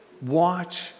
watch